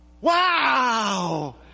Wow